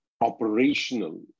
operational